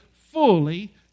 fully